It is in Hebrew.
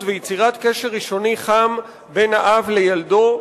ויצירת קשר ראשוני חם בין האב לילדו,